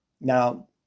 Now